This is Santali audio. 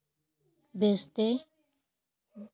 ᱵᱮᱥᱛᱮ